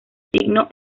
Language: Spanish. signo